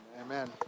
Amen